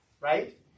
Right